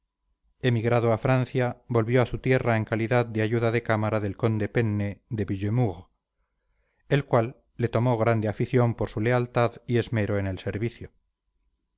emigrado a francia volvió a su tierra en calidad de ayuda de cámara del conde penne de villemur el cual le tomó grande afición por su lealtad y esmero en el servicio